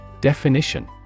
Definition